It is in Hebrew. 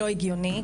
לא הגיוני,